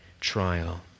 trial